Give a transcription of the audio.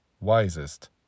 wisest